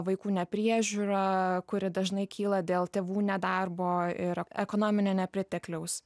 vaikų nepriežiūra kuri dažnai kyla dėl tėvų nedarbo ir ekonominio nepritekliaus